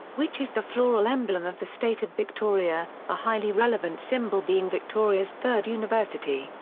which is the floral emblem of the state of victoria, a highly relevant symbol being victoria's third university.